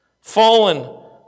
Fallen